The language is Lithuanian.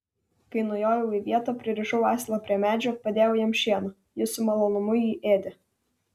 kai nujojau į vietą pririšau asilą prie medžio padėjau jam šieno jis su malonumu jį ėdė